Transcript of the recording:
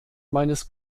meines